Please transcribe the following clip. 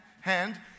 hand